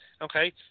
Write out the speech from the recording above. okay